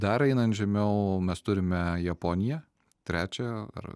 dar einant žemiau mes turime japoniją trečią ar